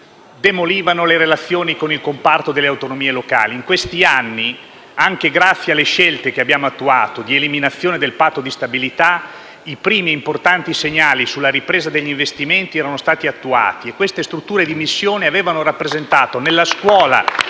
demolivano le relazioni con il comparto delle autonomie locali. In questi anni, anche grazie alle scelte che abbiamo attuato, eliminando il patto di stabilità, i primi importanti segnali sulla ripresa degli investimenti erano stati attuati e le strutture di missione avevano rappresentato nella scuola,